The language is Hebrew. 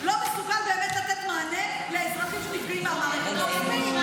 לא מסוגל באמת לתת מענה לאזרחים שנפגעים מהמערכת.